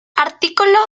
artículo